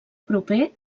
proper